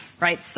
Right